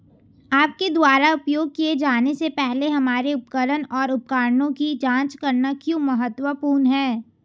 आपके द्वारा उपयोग किए जाने से पहले हमारे उपकरण और उपकरणों की जांच करना क्यों महत्वपूर्ण है?